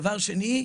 דבר שני,